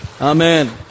Amen